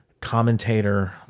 commentator